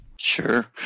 Sure